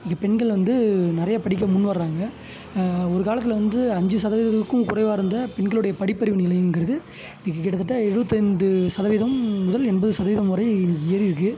இன்றைக்கு பெண்கள் வந்து நிறையா படிக்க முன் வர்றாங்க ஒரு காலத்தில் வந்து அஞ்சு சதவிகிததுக்கும் குறைவாக இருந்த பெண்களுடைய படிப்பறிவு நிலைங்கிறது இன்றைக்கி கிட்டத்தட்ட எழுபத்தைந்து சதவீதம் முதல் எண்பது சதவீதம் வரை இன்றைக்கி ஏறியிருக்கு